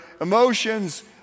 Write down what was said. emotions